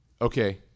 Okay